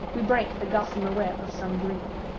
we break the gossamer web of some dream.